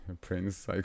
prince